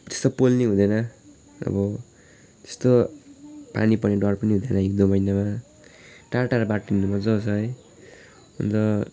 त्यस्तो पोल्ने हुँदैन अब त्यस्तो पानी पर्ने डर पनि हुँदैन हिउँदो महिनामा टाढो टाढो बाटो हिँड्नु मजा आउँछ है अन्त